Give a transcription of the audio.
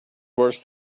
worse